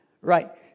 right